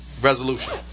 resolution